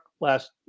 last –